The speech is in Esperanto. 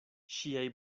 ŝiaj